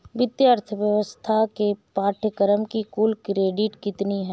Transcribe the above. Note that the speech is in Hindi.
वित्तीय अर्थशास्त्र के पाठ्यक्रम की कुल क्रेडिट कितनी है?